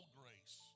grace